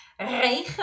regen